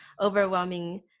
overwhelming